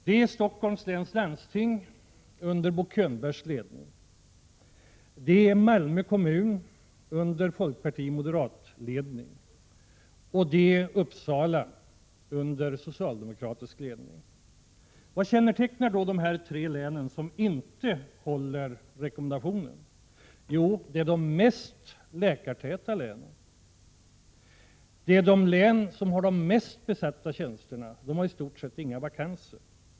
Det är Stockholms läns landsting under Bo Könbergs ledning, det är Malmö kommun under folkpartioch moderatledning och det är Uppsala läns landsting under socialdemokratisk ledning. Vad kännetecknar då de tre län som inte följer rekommendationen? Jo, det är de mest läkartäta länen. Det är de län som har de flesta tjänsterna besatta — de har i stort sett inga vakanser.